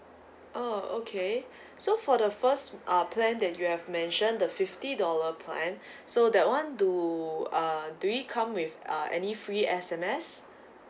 oh okay so for the first uh plan that you have mentioned the fifty dollar plan so that one do uh do it come with uh any free S_M_S